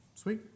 Sweet